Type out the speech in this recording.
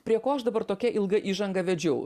prie ko aš dabar tokią ilgą įžangą vedžiau